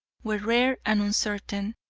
were rare and uncertain,